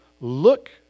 look